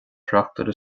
thráchtaire